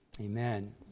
Amen